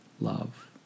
love